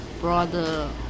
brother